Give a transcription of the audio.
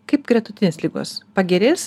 kaip gretutinės ligos pagerės